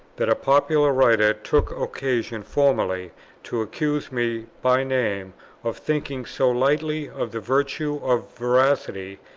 that a popular writer took occasion formally to accuse me by name of thinking so lightly of the virtue of veracity,